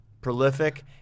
prolific